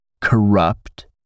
corrupt